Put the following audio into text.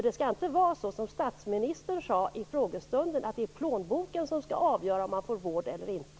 Det skall inte vara så som statsministern sade i frågestunden, att det är plånboken som skall avgöra om man får vård eller inte.